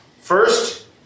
First